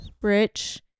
rich